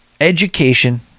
education